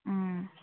ꯎꯝ